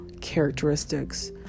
characteristics